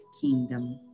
kingdom